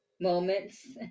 moments